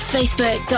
Facebook